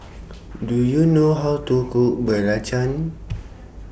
Do YOU know How to Cook Belacan